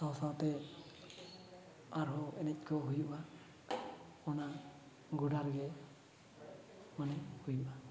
ᱥᱟᱶ ᱥᱟᱶᱛᱮ ᱟᱟᱨᱦᱚᱸ ᱮᱱᱮᱡ ᱠᱚ ᱦᱩᱭᱩᱜᱼᱟ ᱚᱱᱟ ᱜᱚᱰᱟ ᱨᱮᱜᱮ ᱢᱟᱱᱮ ᱦᱩᱭᱩᱜᱼᱟ